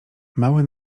mały